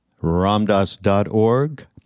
ramdas.org